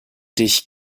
dich